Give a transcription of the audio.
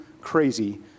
crazy